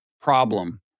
problem